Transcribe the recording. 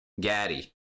Gaddy